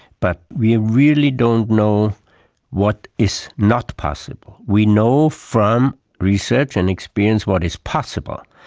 but we really don't know what is not possible. we know from research and experience what is possible.